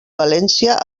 valència